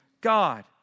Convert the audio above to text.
God